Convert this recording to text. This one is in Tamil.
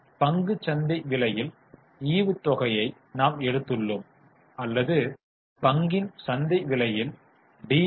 பங்குச் சந்தை விலையில் ஈவுத்தொகையை நாம் எடுத்துள்ளோம் அல்லது பங்கின் சந்தை விலையில் டி